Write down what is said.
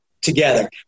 together